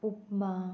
upma